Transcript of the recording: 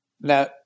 Now